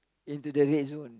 into the red zone